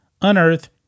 unearthed